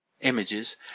images